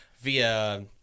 via